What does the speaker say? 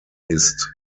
ist